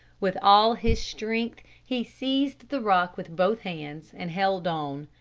with all his strength he seized the rock with both hands and held on.